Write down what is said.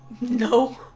No